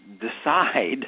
decide